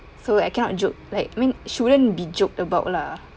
so I cannot joke like I mean shouldn't be joked about lah